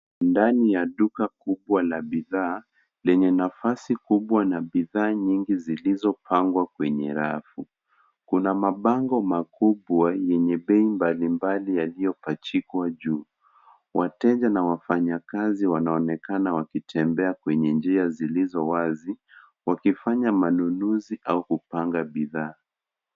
Ndani ya duka kubwa la bidhaa, lenye nafasi kubwa na bidhaa nyingi zilizopangwa kwenye rafu. Kuna mabango makubwa yenye bei mbalimbali yaliyopachikwa juu. Wateja na wafanyikazi wanaonekana wakitembea kwenye njia zilizo wazi, wakifanya manunuzi au kupanga bidhaa.